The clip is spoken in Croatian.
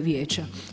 vijeća.